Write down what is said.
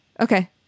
Okay